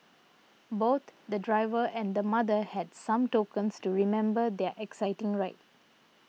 both the driver and the mother had some tokens to remember their exciting ride